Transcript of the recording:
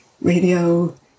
radio